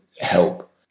help